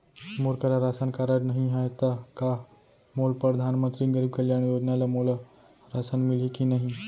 मोर करा ration card नहीं है त का मोल परधानमंतरी गरीब कल्याण योजना ल मोला राशन मिलही कि नहीं?